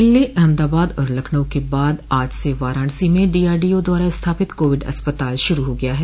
दिल्ली अहमदाबाद और लखनऊ के बाद आज से वाराणसी में डीआरडीओ द्वारा स्थापित कोविड अस्पताल श्रू हो गया है